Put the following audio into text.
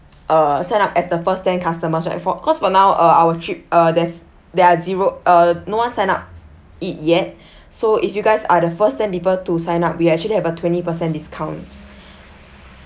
uh sign up as the first ten customers right for because for now uh our trip uh there's there are zero uh no one sign up it yet so if you guys are the first ten people to sign up we actually have a twenty percent discount